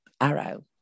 arrow